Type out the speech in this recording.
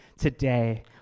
today